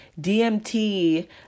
DMT